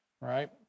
right